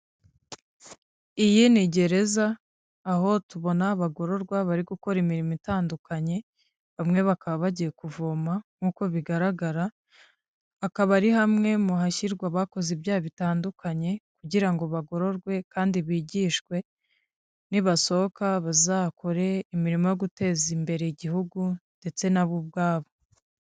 Iyi ni gereza aho tubona abagororwa bari gukora imirimo itandukanye bamwe bakaba bagiye kuvoma nk'uko bigaragara, akaba ari hamwe mu hashyirwa abakoze ibyaha bitandukanye kugira ngo bagororwe kandi bigishwe nibasohoka bazakore imirimo yo guteza imbere igihugu ndetse nabo ubwabo.